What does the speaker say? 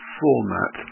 format